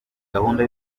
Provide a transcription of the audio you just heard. gahunda